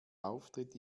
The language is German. auftritt